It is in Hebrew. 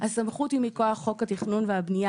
הסמכות הוא מכוח חוק התכנון והבנייה